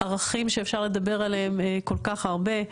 ערכים שאפשר לדבר עליהם כל כך הרבה.